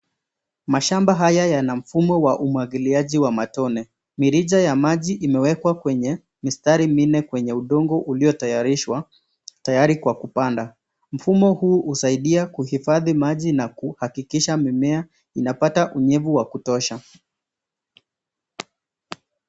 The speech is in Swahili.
Mashamba haya yana mfumo wa umwagiliaji wa matone, morija ya maji imewekwa kwenye mistari minne kwenye udongo uliotayarishwa tayari kwa kupanda. Mfumo huu husaidia kwa kuhifadhi maji na kuhakikisha mimea inapata unyevu wa kutosha.